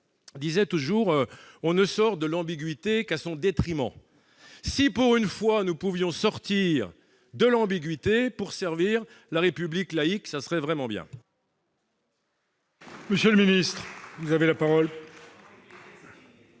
disait toujours :« On ne sort de l'ambiguïté qu'à ses dépens. » Si, pour une fois, nous pouvions sortir de l'ambiguïté pour servir la République laïque, ce serait vraiment bien